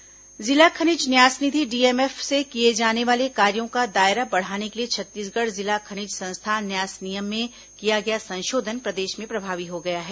DMF संशोधन जिला खनिज न्यास निधि डीएमएफ से किए जाने वाले कार्यों का दायरा बढ़ाने के लिए छत्तीसगढ़ जिला खनिज संस्थान न्यास नियम में किया गया संशोधन प्रदेश में प्रभावी हो गया है